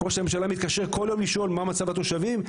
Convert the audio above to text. ראש הממשלה מתקשר כל יום לשאול מה מצב התושבים.